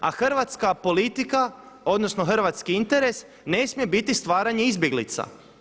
A hrvatska politika, odnosno hrvatski interes ne smije biti stvaranje izbjeglica.